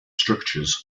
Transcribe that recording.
structures